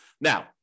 Now